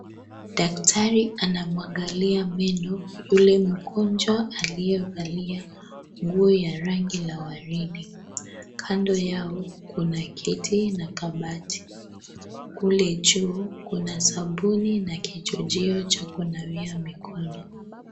Daktari anamwangalia meno yule mgonjwa aliyevalia nguo ya rangi la waridi. Kando yao kuna kiti na kabati. Kule juu kuna sabuni na kichojeo cha kunawia mikono.